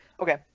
okay